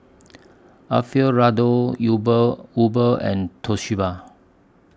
Alfio Raldo Uber Uber and Toshiba